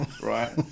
right